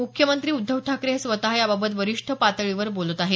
मुख्यमंत्री उद्धव ठाकरे हे स्वत याबाबत वरिष्ठ पातळीवर बोलत आहेत